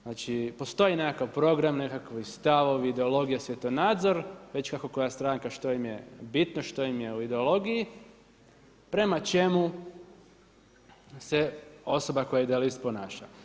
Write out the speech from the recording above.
Znači postoji nekakav program, nekakovi stavovi, ideologija, svjetonazor već kako koja stranka što im je bitno, što im je u ideologiji prema čemu se osoba koja je idealist ponaša.